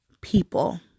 people